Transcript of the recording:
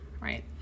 right